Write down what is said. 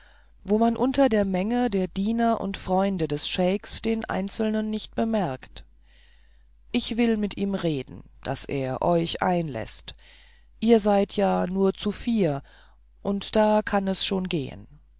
wo man unter der menge der diener und freunde des scheiks den einzelnen nicht bemerkt ich will mit ihm reden daß er euch einläßt ihr seid ja nur zu vier und da kann es schon gehen